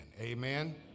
Amen